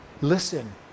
Listen